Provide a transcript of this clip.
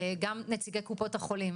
גם נציגי קופות החולים,